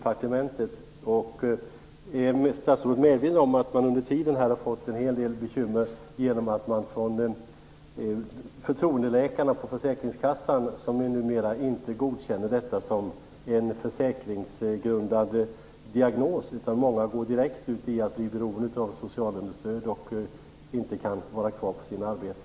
Är statsrådet medveten om att man under tiden har fått en hel del bekymmer i och med att förtroendeläkarna på försäkringskassan numera inte godkänner detta som en försäkringsgrundande diagnos, så att många nu går direkt ut i att bli beroende av socialunderstöd och inte kan vara kvar på sina arbeten?